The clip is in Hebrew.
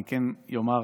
אני אומר,